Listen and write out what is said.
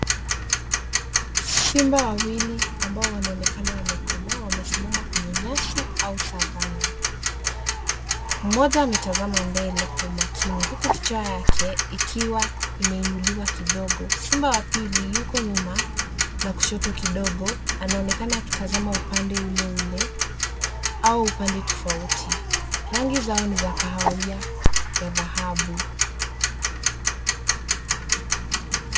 Simba wawili ambao wanaonekana wamekomaa wamesimama kwenye nyasi au savanna. Mmoja ametazama mbele kwa umakini, huku kichwa yake ikiwa imeinuliwa kidogo. Simba wa pili yuko nyuma na kushoto kidogo, anaonekana akitazama upande ule ule au upande tofauti. Rangi zao ni za kahawia ya dhahabu.